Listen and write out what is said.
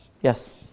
Yes